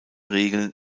regeln